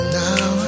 now